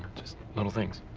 just little things.